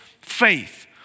faith